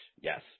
yes